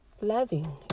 Loving